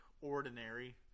ordinary